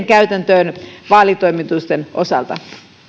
käytäntöön vaalitoimitusten osalta